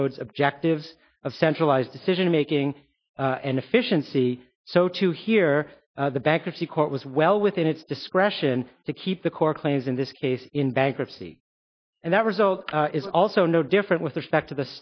codes objectives of centralized decision making and efficiency so to hear the bankruptcy court was well within its discretion to keep the core claims in this case in bankruptcy and that result is also no different with respect to the